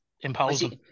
imposing